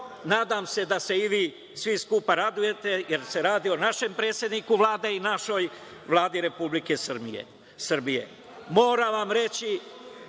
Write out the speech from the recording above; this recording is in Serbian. Nadam se da se i vi svi skupa radujete, jer se radi o našem predsedniku Vlade i našoj Vladi Republike Srbije. Moram